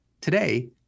Today